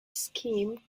scheme